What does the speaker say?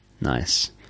nice